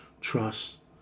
trust